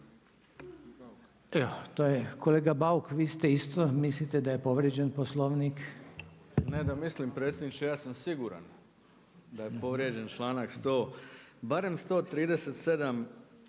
Kolega Bauk vi isto mislite da je povrijeđen Poslovnik? **Bauk, Arsen (SDP)** Ne da mislim predsjedniče, ja sam siguran da je povrijeđen članak 100. barem 137.